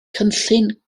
cynllun